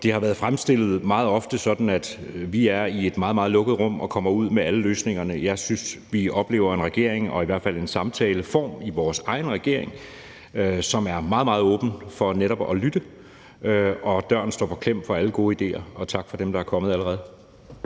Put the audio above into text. ofte været fremstillet sådan, at vi sidder i et meget, meget lukket rum og så kommer ud med alle løsningerne. Jeg synes, vi oplever, at vi i vores regering har en samtaleform, hvor man er meget, meget åben for netop at lytte, og at døren står på klem for alle gode idéer – og tak for dem, der er kommet allerede.